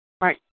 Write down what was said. Right